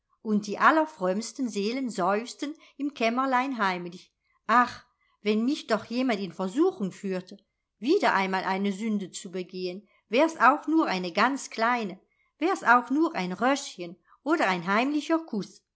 und die allerfrömmsten seelen seufzten im kämmerlein heimlich ach wenn mich doch jemand in versuchung führte wieder einmal eine sünde zu begehen wär's auch nur eine ganz kleine wär's auch nur ein räuschchen oder ein heimlicher kuß